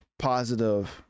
positive